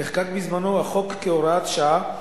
נחקק בזמנו החוק כהוראת שעה,